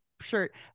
shirt